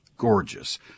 Gorgeous